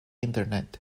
internet